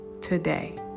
today